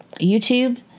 YouTube